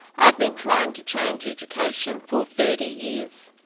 i've been trying to change education for thirty years.